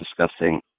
discussing